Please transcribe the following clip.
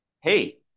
hey